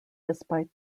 despite